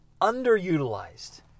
underutilized